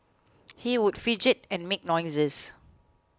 he would fidget and make noises